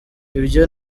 ibyo